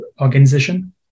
organization